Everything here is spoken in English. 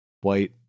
white